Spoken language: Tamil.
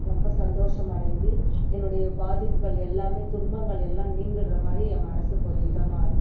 ரொம்ப சந்தோஷம் அடைஞ்சு என்னுடைய பாதிப்புக்கள் எல்லாமே துன்பங்கள் எல்லாம் நீங்கிடுற மாதிரி என் மனதுக்கு ஒரு இதமாக இருக்கும்